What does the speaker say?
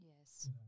Yes